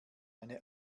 eine